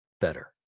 better